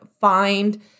find